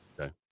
okay